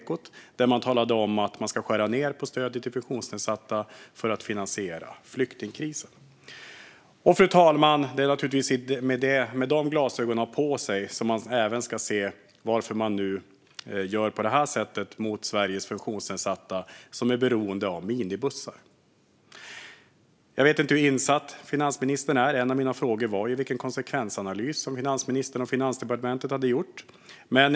Hon talade då om att man ska skära ned på stödet till funktionsnedsatta för att finansiera flyktingkrisen. Fru talman! Det är naturligtvis med dessa glasögon på sig som man även ska se varför regeringen nu gör på detta sätt mot Sveriges funktionsnedsatta som är beroende av minibussar. Jag vet inte hur insatt finansministern är. En av mina frågor var vilken konsekvensanalys som finansministern och Finansdepartementet hade gjort.